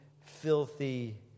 filthy